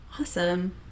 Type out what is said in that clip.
Awesome